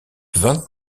vingt